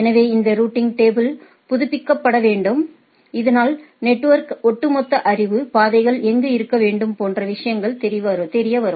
எனவே இந்த routing table புதுப்பிக்கப்பட வேண்டும் இதனால் நெட்வொர்க்கின் ஒட்டுமொத்த அறிவு பாதைகள் எங்கு இருக்க வேண்டும் போன்ற விஷயங்கள் தெரியவரும்